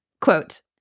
Quote